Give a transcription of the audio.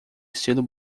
estilo